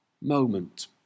moment